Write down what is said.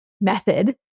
method